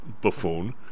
buffoon